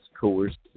coercive